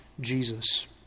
Jesus